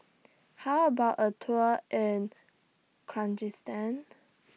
How about A Tour in Kyrgyzstan